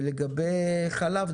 לגבי החלב,